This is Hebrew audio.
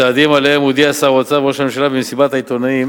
צעדים שעליהם הודיעו שר האוצר וראש הממשלה במסיבת העיתונאים